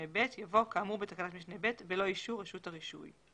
(ב)" יבוא "כאמור בתקנת משנה (ב) בלא אישור רשות הרישוי".